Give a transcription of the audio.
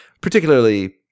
particularly